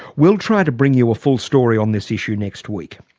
we'll try to bring you a full story on this issue next week.